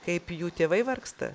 kaip jų tėvai vargsta